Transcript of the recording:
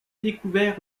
découvert